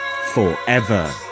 forever